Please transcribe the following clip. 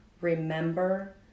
remember